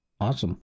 Awesome